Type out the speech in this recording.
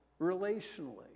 relationally